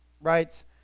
writes